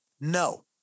No